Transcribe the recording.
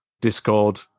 discord